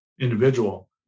individual